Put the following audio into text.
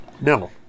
No